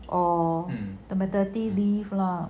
or the maternity leave lah